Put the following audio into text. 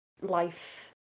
life